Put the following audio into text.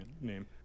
name